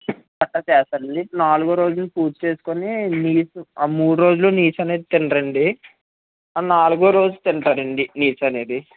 గట్రా చేస్తారండి నాలోగో రోజు పూజ చేసుకుని నీచు ఆ మూడు రోజులు నీచు అనేది తినరు అండి ఆ నాలుగో రోజు తింటారండి నీచు అనేది